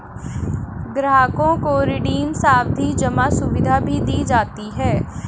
ग्राहकों को रिडीम सावधी जमा सुविधा भी दी जाती है